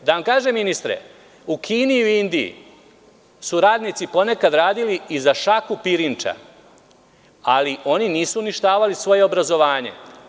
Da vam kažem ministre, u Kini i u Indiji su radnici ponekad radili i za šaku pirinča, ali oni nisu uništavali svoje obrazovanje.